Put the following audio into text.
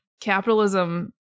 capitalism